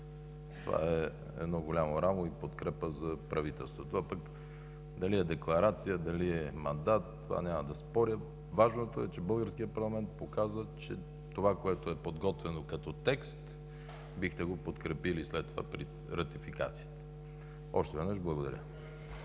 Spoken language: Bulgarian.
това е едно голямо рамо и подкрепа за правителството. А пък дали е декларация, дали е мандат, това няма да споря. Важното е, че българският парламент показва, че това, което е подготвено като текст, бихте го подкрепили и след това при ратификацията. Още веднъж, благодаря!